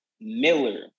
Miller